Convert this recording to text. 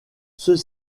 ceux